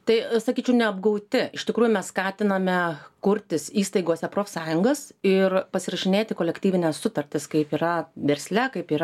tai sakyčiau neapgauti iš tikrųjų mes skatiname kurtis įstaigose profsąjungas ir pasirašinėti kolektyvines sutartis kaip yra versle kaip yra